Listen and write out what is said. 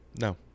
no